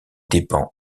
dépend